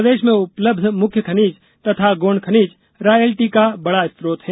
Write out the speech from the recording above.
प्रदेश में उपलब्ध मुख्य खनिज तथा गौण खनिज रायल्टी का बड़ा स्रोत है